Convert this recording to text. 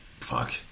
fuck